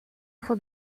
for